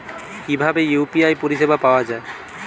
কিভাবে ইউ.পি.আই পরিসেবা পাওয়া য়ায়?